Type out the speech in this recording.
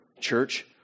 church